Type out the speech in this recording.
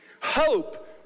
Hope